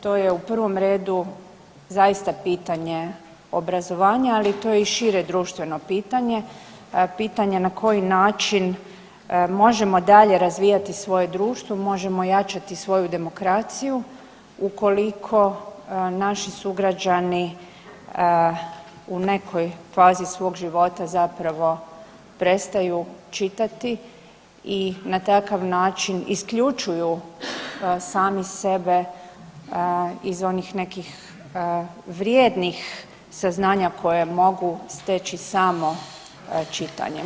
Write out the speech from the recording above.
To je u prvom redu zaista pitanje obrazovanje, ali to je i šire društveno pitanje, pitanje na koji način možemo dalje razvijati svoje društvo, možemo jačati svoju demokraciju ukoliko naši sugrađani u nekoj fazi svog života zapravo prestaju čitati i na takav način isključuju sami sebe iz onih nekih vrijednih saznanja koja mogu steći samo čitanjem.